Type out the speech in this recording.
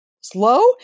slow